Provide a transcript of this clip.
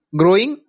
growing